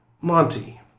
Monty